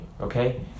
okay